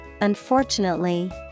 unfortunately